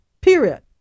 period